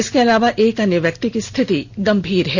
इसके अलावा एक अन्य व्यक्ति की स्थिति गंभीर है